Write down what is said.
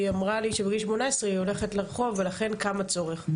היא אמרה לי שבגיל 18 היא הולכת לרחוב ולכן קם הצורך,